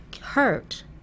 hurt